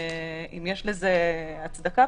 אם יש לזה הצדקה?